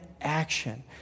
action